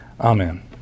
Amen